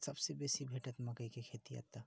अहाँकेँ सभसे बेसी भेटत मकइके खेती एतऽ